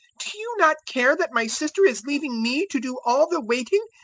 do you not care that my sister is leaving me to do all the waiting?